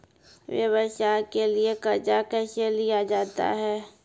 व्यवसाय के लिए कर्जा कैसे लिया जाता हैं?